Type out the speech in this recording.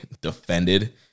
defended